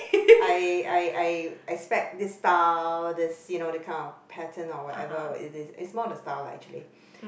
I I I expect this style this you know that kind of pattern or whatever it is it's more of the style lah actually